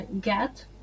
get